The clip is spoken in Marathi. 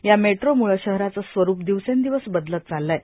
या मेट्रोमुळं शहराचं स्वरूप दिवसेंदिवस बदलत चाललय